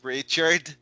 Richard